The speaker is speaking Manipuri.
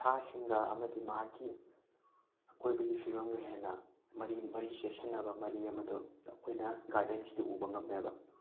ꯁꯥꯁꯤꯡꯒ ꯑꯃꯗꯤ ꯃꯍꯥꯛꯀꯤ ꯑꯀꯣꯏꯕꯒꯤ ꯐꯤꯕꯝꯒ ꯍꯦꯟꯅ ꯃꯔꯤ ꯃꯔꯤ ꯆꯦꯠꯁꯤꯟꯅꯕ ꯃꯔꯤ ꯑꯃꯗꯨ ꯑꯩꯈꯣꯏꯅ ꯒꯥꯔꯗꯦꯟꯁꯤꯗ ꯎꯕ ꯉꯝꯃꯦꯕ